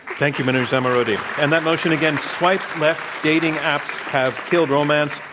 thank you, manoush zomorodi. and that motion again, swipe left dating apps have killed romance.